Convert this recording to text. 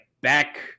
back